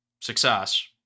success